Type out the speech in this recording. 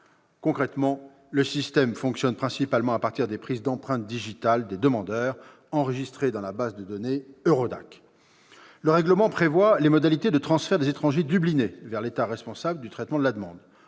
Concrètement, le système fonctionne principalement à partir des prises d'empreintes digitales des demandeurs, enregistrées dans la base de données EURODAC. Ensuite, le règlement prévoit les modalités de transfert des étrangers « dublinés » vers l'État responsable du traitement de la demande.